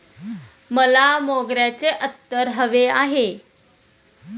मला मोगऱ्याचे अत्तर हवे आहे